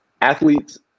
athletes